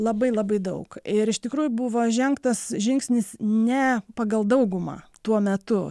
labai labai daug ir iš tikrųjų buvo žengtas žingsnis ne pagal daugumą tuo metu